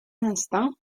instant